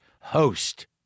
host